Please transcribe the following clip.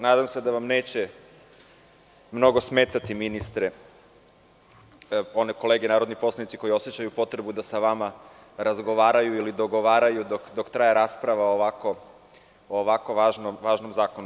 Nadam se da vam neće mnogo smetati, ministre, one kolege narodni poslanici koji osećaju potrebu da sa vama razgovaraju ili dogovaraju dok traje rasprava o ovako važnom zakonu.